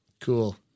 cool